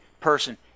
person